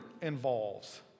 involves